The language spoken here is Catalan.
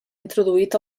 introduït